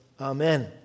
Amen